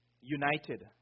united